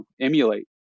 emulate